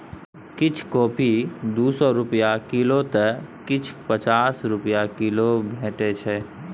किछ कॉफी दु सय रुपा किलौ तए किछ पचास रुपा किलो भेटै छै